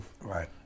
Right